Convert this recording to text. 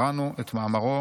קראנו את מאמרו